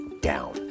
down